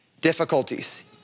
Difficulties